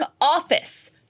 office